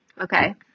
Okay